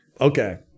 Okay